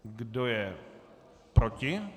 Kdo je proti?